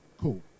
Cool